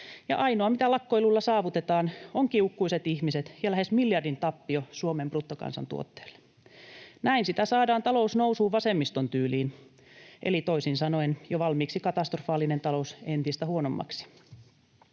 Ainoa, mitä lakkoilulla saavutetaan, ovat kiukkuiset ihmiset ja lähes miljardin tappio Suomen bruttokansantuotteelle. Näin sitä saadaan talous nousuun vasemmiston tyyliin — eli toisin sanoen jo valmiiksi katastrofaalinen talous entistä huonommaksi.